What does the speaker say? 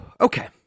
Okay